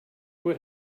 what